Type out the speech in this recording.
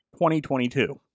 2022